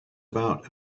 about